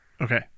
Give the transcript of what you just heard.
Okay